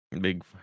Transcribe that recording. Big